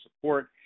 support